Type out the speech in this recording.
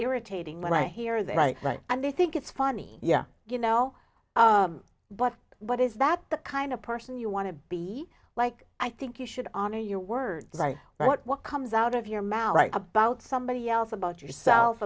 irritating when i hear that i like and they think it's funny yeah you know but what is that the kind of person you want to be like i think you should honor your words i want what comes out of your mouth write about somebody else about yourself